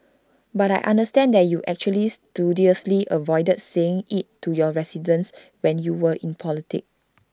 but I understand that you actually studiously avoided saying IT to your residents when you were in politics